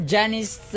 Janice